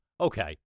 okay